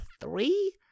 three